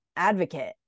advocate